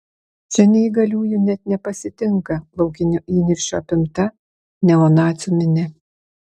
čia neįgaliųjų net nepasitinka laukinio įniršio apimta neonacių minia